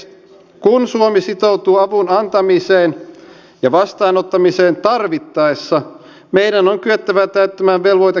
kun suomi sitoutuu avun antamiseen ja vastaanottamiseen tarvittaessa meidän on kyettävä täyttämään velvoite kaikissa tilanteissa